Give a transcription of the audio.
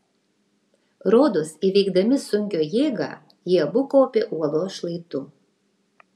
rodos įveikdami sunkio jėgą jie abu kopė uolos šlaitu